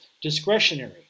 discretionary